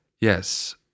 yes